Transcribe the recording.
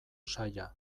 saila